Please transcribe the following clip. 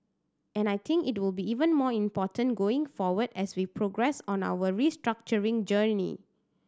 and I think it will be even more important going forward as we progress on our restructuring journey